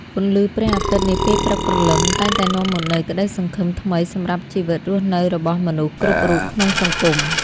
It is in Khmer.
ពន្លឺព្រះអាទិត្យនាពេលព្រឹកព្រលឹមតែងតែនាំមកនូវក្តីសង្ឃឹមថ្មីសម្រាប់ជីវិតរស់នៅរបស់មនុស្សគ្រប់រូបក្នុងសង្គម។